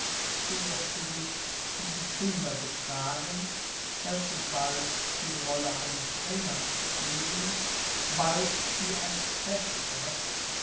so wirst du dich wie die kinder betragen welche bald die rolle eines ringers spielen bald die eines fechters